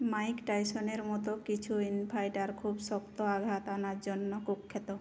mic টাইসনের মতো কিছু ইনফাইটার খুব শক্ত আঘাত হানার জন্য কুখ্যাত